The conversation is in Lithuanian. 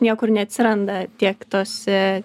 niekur neatsiranda tiek tose